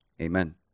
Amen